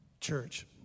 Church